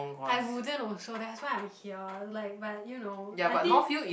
I wouldn't also that's why I'm here like but you know I think